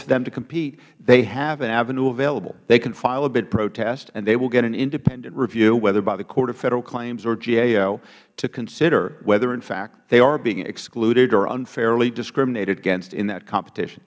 for them to compete they have an avenue available they can file a bid protest and they will get an independent review whether by the court of federal claims or gao to consider whether in fact they are being excluded or unfairly discriminated against in that competition